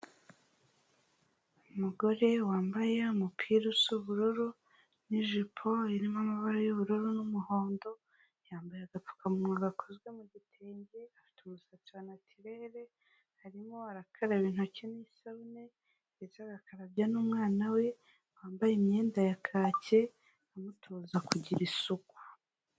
Umugore wambaye umupira usa ubururu n'ijipo irimo amabara y'ubururu n'umuhondo, yambaye agapfukamunwa gakozwe mu gitenge, afite umusatsi wa natirere, arimo arakaraba intoki n'isabune, ndetse agakarabya n'umwana we wambaye imyenda ya kake, amutoza kugira isuku.